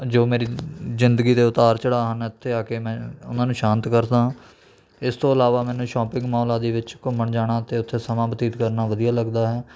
ਜੋ ਮੇਰੀ ਜ਼ਿੰਦਗੀ ਦੇ ਉਤਾਰ ਚੜਾਅ ਹਨ ਇੱਥੇ ਆ ਕੇ ਮੈਂ ਉਨ੍ਹਾਂ ਨੂੰ ਸ਼ਾਤ ਕਰਦਾ ਇਸ ਤੋਂ ਇਲਾਵਾ ਮੈਨੂੰ ਸ਼ਾਪਿੰਗ ਮੋਲਾਂ ਦੇ ਵਿੱਚ ਘੁੰਮਣ ਜਾਣਾ ਅਤੇ ਉੱਥੇ ਸਮਾਂ ਬਤੀਤ ਕਰਨਾ ਵਧੀਆ ਲੱਗਦਾ ਹੈ